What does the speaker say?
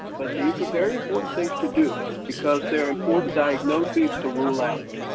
but these are very important things to do because they're important diagnoses to rule out.